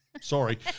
Sorry